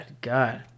God